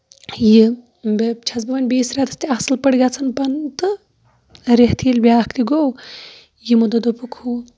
یہِ بیٚیہِ چھَس بہٕ وونۍ بیٚیِس رٮ۪تَس تہِ اَصٕل پٲٹھۍ گژھان تہٕ رٮ۪تھ ییٚلہِ بیاکھ تہِ گوٚو یِمو دوٚپ دوٚپُکھ ہُہ